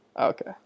Okay